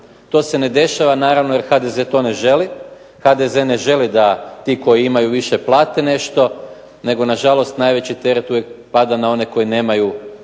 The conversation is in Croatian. to se ne dešava naravno jer HDZ to ne želi, HDZ ne želi da oni koji imaju više plate nešto, nego na žalost najveći teret uvijek pada na one koji nemaju